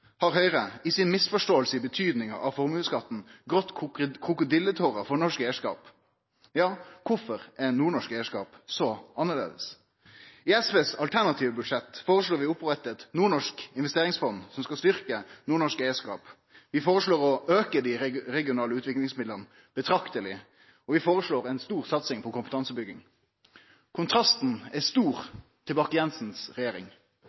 har Høgre, i si misforståing av betydinga av formuesskatten, gråte krokodilletårar for norsk eigarskap. Kvifor er nordnorsk eigarskap så annleis? I SV sitt alternative budsjett føreslår vi å opprette eit nordnorsk investeringsfond som skal styrkje nordnorsk eigarskap. Vi føreslår å auke dei regionale utviklingsmidlane betrakteleg, og vi føreslår ei stor satsing på kompetansebygging. Kontrasten er stor til Bakke-Jensen si regjering.